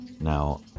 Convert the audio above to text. Now